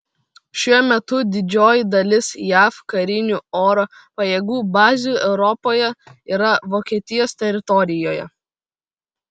šiuo metu didžioji dalis jav karinių oro pajėgų bazių europoje yra vokietijos teritorijoje